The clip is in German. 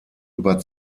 über